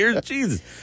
Jesus